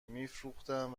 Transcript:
میفروختم